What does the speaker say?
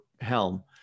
HELM